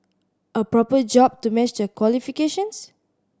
a proper job to match their qualifications